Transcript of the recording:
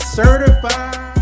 certified